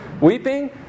Weeping